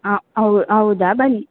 ಹಾಂ ಹೌದಾ ಬನ್ನಿ